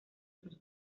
sus